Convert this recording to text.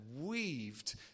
weaved